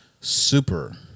super